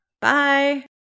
Bye